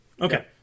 Okay